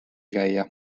käia